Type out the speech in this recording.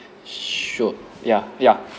should ya ya